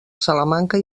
salamanca